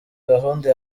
gahunda